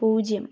പൂജ്യം